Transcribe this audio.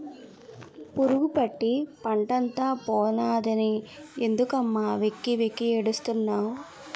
పురుగుపట్టి పంటంతా పోనాదని ఎందుకమ్మ వెక్కి వెక్కి ఏడుస్తున్నావ్